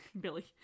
Billy